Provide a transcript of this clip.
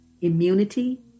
immunity